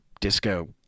disco